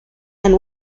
and